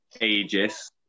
ages